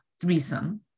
threesome